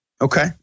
Okay